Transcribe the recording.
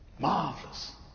marvelous